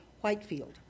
Whitefield